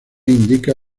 indica